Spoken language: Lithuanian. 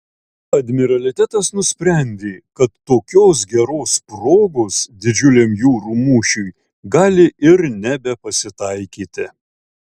admiralitetas nusprendė kad tokios geros progos didžiuliam jūrų mūšiui gali ir nebepasitaikyti